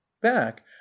back